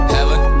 Heaven